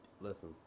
listen